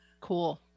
Cool